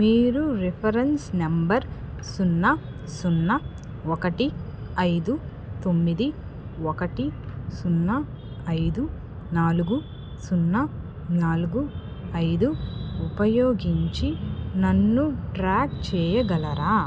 మీరు reference number సున్నా సున్నా ఒకటి ఐదు తొమ్మిది ఒకటి సున్నా ఐదు నాలుగు సున్నా నాలుగు ఐదు ఉపయోగించి నన్ను ట్రాక్ చెయ్యగలరా